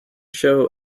show